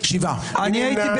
נפל.